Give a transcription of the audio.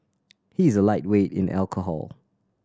he is a lightweight in alcohol